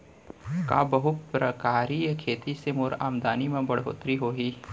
का बहुप्रकारिय खेती से मोर आमदनी म बढ़होत्तरी होही?